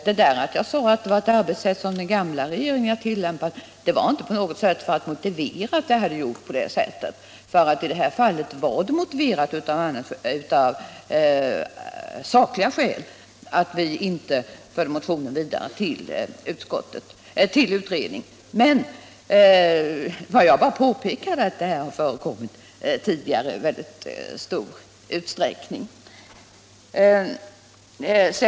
Herr talman! När jag sade att det var ett arbetssätt som den gamla regeringen hade tillämpat gjorde jag det inte på något sätt för att motivera att man förfarit så här. I detta fall var det ju motiverat av sakliga skäl att vi inte förde motionen vidare till utredning. Vad jag påpekade var bara att det här har förekommit tidigare i väldigt stor utsträckning.